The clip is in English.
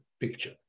picture